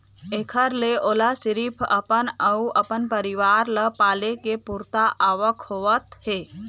एखर ले ओला सिरिफ अपन अउ अपन परिवार ल पाले के पुरता आवक होवत हे